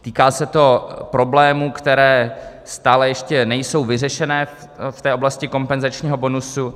Týká se to problémů, které stále nejsou vyřešené v oblasti kompenzačního bonusu.